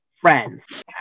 friends